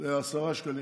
לעשרה שקלים?